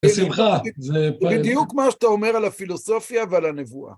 בשמחה, זה... בדיוק מה שאתה אומר על הפילוסופיה ועל הנבואה.